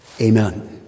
Amen